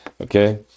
Okay